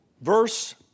Verse